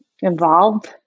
involved